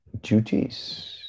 duties